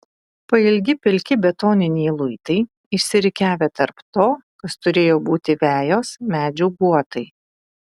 pailgi pilki betoniniai luitai išsirikiavę tarp to kas turėjo būti vejos medžių guotai